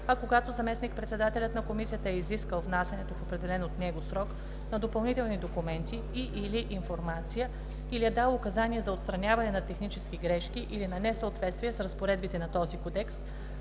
а когато заместник-председателят на комисията е изискал внасянето в определен от него срок на допълнителни документи и/или информация или е дал указания за отстраняване на технически грешки или на несъответствия с разпоредбите на този кодекс,